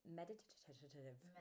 meditative